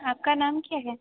आप का नाम क्या है